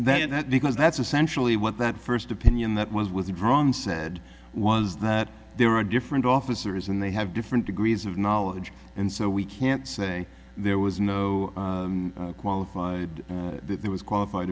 and that because that's essentially what that first opinion that was withdrawn said was that there are different officers and they have different degrees of knowledge and so we can't say there was no qualifier there was qualified